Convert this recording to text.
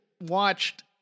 watched